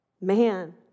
Man